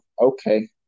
okay